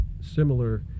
similar